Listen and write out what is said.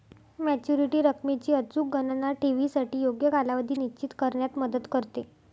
maturity रकमेची अचूक गणना ठेवीसाठी योग्य कालावधी निश्चित करण्यात मदत करते